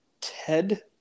Ted